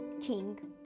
king